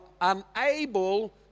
unable